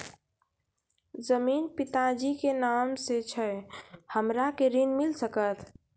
जमीन पिता जी के नाम से छै हमरा के ऋण मिल सकत?